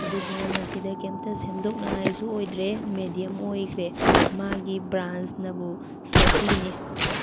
ꯑꯗꯨꯗꯨꯅ ꯃꯁꯤꯗ ꯀꯔꯤꯝꯇ ꯁꯦꯝꯗꯣꯛꯅꯤꯡꯉꯥꯏꯁꯨ ꯑꯣꯏꯗ꯭ꯔꯦ ꯃꯦꯗꯤꯌꯝ ꯑꯣꯏꯈ꯭ꯔꯦ ꯃꯥꯒꯤ ꯕ꯭ꯔꯥꯟꯅꯕꯨ ꯁꯣꯐꯤꯅꯤ